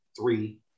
three